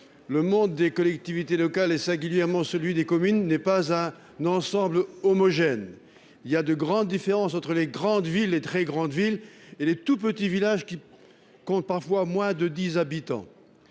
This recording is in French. le monde des collectivités locales, singulièrement celui des communes, n’est pas un ensemble homogène. Il existe des différences importantes entre les très grandes villes, les grandes villes et les tout petits villages, qui comptent parfois moins de dix habitants.